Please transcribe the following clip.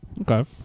Okay